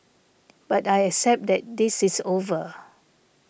but I accept that this is over